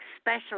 special